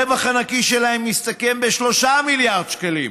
הרווח הנקי שלהן מסתכם ב-3 מיליארד שקלים,